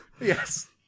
Yes